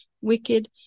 wicked